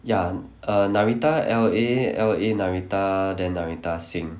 ya err narita L_A L_A narita then narita sing